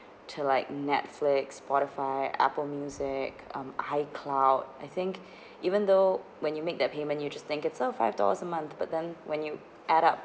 to like Netflix Spotify Apple music um I_cloud I think even though when you make that payment you just think it's oh five dollars a month but then when you add up